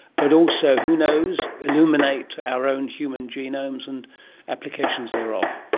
but also, who knows, illuminate our own human genomes and applications thereof.